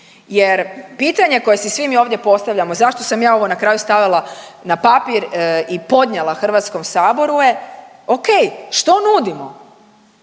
jer pitanja koja si svi mi ovdje postavljamo, zašto sam ja ovo na kraju stavila na papir i podnijela HS je okej, što nudimo?